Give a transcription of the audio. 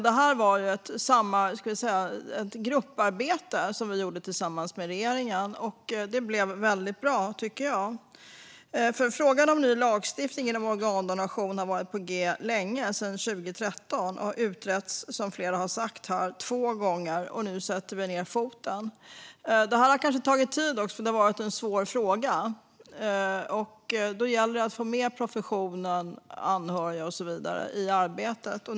Det här var ett grupparbete som vi gjorde tillsammans med regeringen, och jag tycker att det blev väldigt bra. Frågan om ny lagstiftning för organdonation har varit på gång länge - sedan 2013 - och har, som flera har sagt här, utretts två gånger. Nu sätter vi ned foten. Det här har kanske tagit tid också för att det är en svår fråga. Då gäller det att få med professionen, anhöriga och så vidare i arbetet.